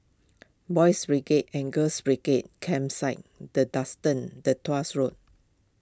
Boys' Brigade and Girls' Brigade Campsite the Duxton the Tuahs Road